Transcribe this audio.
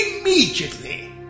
immediately